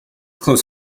close